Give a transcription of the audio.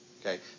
Okay